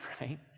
Right